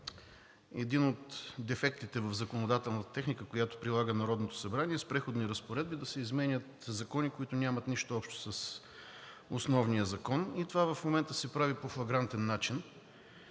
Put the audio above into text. един от дефектите в законодателната техника, която прилага Народното събрание – с Преходните разпоредби да се изменят закони, които нямат нищо общо с основния закон, и това в момента се прави по флагрантен начин.